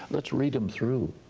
let's read them through